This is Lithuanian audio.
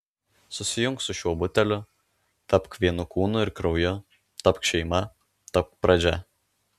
susijunk su šiuo buteliu tapk vienu kūnu ir krauju tapk šeima tapk pradžia